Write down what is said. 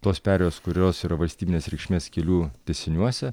tos perėjos kurios yra valstybinės reikšmės kelių tęsiniuose